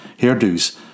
hairdos